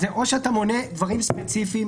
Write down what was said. או שאתה מונה דברים ספציפיים